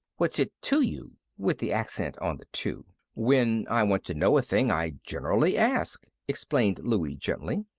what's it to you? with the accent on the to. when i want to know a thing, i generally ask, explained louie, gently.